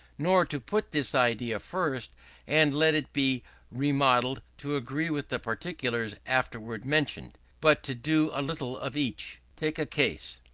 nor to put this idea first and let it be remodeled to agree with the particulars afterwards mentioned but to do a little of each. take a case.